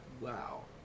Wow